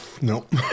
Nope